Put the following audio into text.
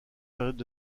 périodes